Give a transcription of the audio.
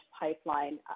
pipeline